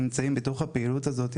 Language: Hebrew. שנמצאים בתוך הפעילות הזאת,